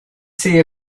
see